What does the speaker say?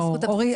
ברור.